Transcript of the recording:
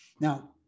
Now